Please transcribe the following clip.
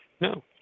No